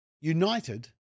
United